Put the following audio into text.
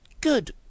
good